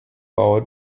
bau